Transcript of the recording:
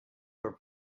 for